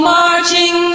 marching